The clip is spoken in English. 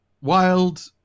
wild